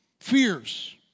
fears